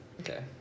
Okay